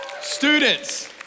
students